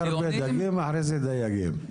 הכי הרבה דגים ואחרי זה דייגים.